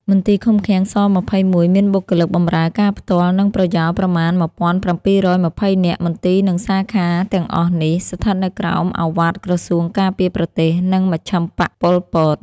មន្ទីរឃុំឃាំង ស-២១ មានបុគ្គលិកបម្រើការផ្ទាល់ និងប្រយោលប្រមាណ១៧២០នាក់ មន្ទីរ និងសាខាទាំងអស់នេះ ស្ថិតនៅក្រោមឪវាទក្រសួងការពារប្រទេស និងមជ្ឈឹមបក្ស ប៉ុលពត។